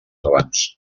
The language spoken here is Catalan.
abans